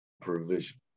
provision